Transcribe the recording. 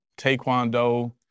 Taekwondo